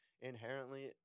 inherently